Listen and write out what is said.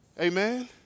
Amen